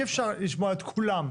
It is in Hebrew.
אי אפשר לשמוע את כולם.